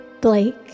Blake